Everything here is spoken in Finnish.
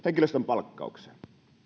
henkilöstön palkkaukseen